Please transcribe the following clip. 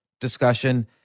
discussion